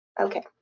Okay